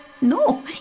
No